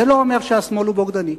זה לא אומר שהשמאל הוא בוגדני.